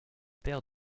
père